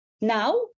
Now